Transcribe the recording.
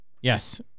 Yes